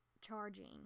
charging